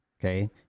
Okay